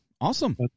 Awesome